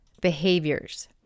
behaviors